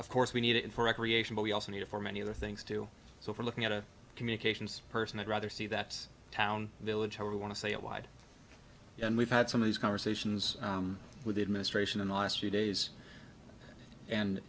of course we need it for recreation but we also need it for many other things too so for looking at a communications person i'd rather see that town village or want to say a wide and we've had some of these conversations with the administration in the last few days and